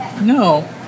No